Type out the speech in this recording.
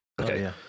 Okay